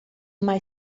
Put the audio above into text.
mai